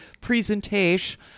presentation